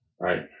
right